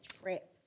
trip